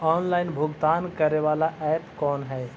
Online भुगतान करे बाला ऐप कौन है?